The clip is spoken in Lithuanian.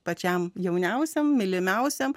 pačiam jauniausiam mylimiausiam